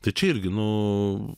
tai čia irgi nu